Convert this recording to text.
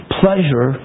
pleasure